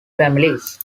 families